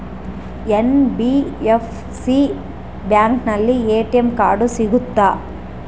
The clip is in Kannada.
ಎನ್.ಬಿ.ಎಫ್.ಸಿ ಬ್ಯಾಂಕಿನಲ್ಲಿ ಎ.ಟಿ.ಎಂ ಕಾರ್ಡ್ ಸಿಗುತ್ತಾ?